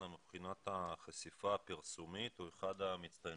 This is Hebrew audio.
מבחינת החשיפה הפרסומית הוא אחד המצטיינים.